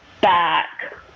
back